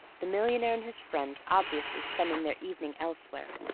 the millionaire and his friends obviously spending their evening elsewhere.